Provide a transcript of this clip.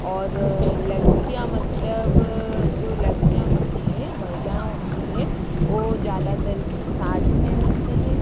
और लड़कियाँ मतलब जो लड़कियाँ होती हैं महिलाऍं होती हैं वो ज़्यादातर की साड़ी में रहते हैं